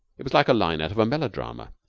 it was like a line out of a melodrama.